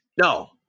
No